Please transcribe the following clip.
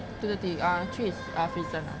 two thirty uh three is firzanah